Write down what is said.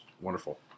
wonderful